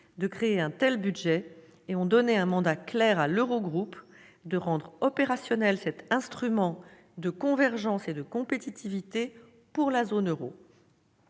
de créer un tel budget et ont donné un mandat clair à l'Eurogroupe pour rendre opérationnel cet instrument de convergence et de compétitivité pour la zone euro.